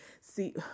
see